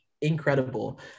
incredible